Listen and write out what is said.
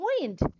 point